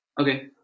Okay